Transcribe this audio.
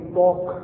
talk